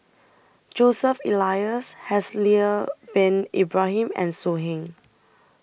Joseph Elias Haslir Bin Ibrahim and So Heng